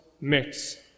mix